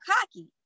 cocky